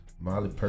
Molly